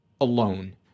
alone